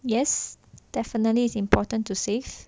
yes definitely it's important to save